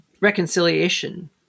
reconciliation